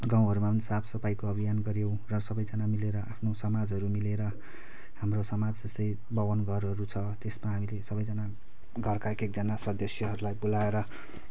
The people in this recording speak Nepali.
गाउँहरूमा पनि साफसफाईको अभियान गऱ्यौँ र सबैजना मिलेर आफ्नो समाजहरू मिलेर हाम्रो समाज जस्तै बाउन घरहरू छ त्यसमा हामीले सबैजना घरका एक एकजना सदस्यहरूलाई बोलाएर